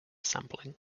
sampling